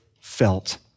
felt